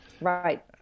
Right